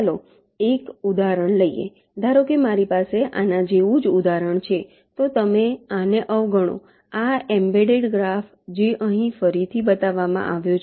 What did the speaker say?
ચાલો એક ઉદાહરણ લઈએ ધારો કે મારી પાસે આના જેવું જ ઉદાહરણ છે તો તમે આને અવગણો આ એમ્બેડેડ ગ્રાફ જે અહીં ફરીથી બતાવવામાં આવ્યો છે